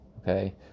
okay